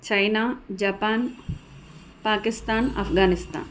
China Japan Pakistan Afghanistan